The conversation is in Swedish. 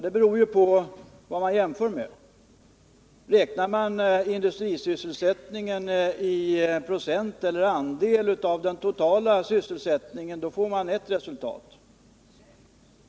Det beror naturligtvis på vad man jämför med. Räknar man industrisysselsättningen i procent av den totala sysselsättningen får man ert resultat.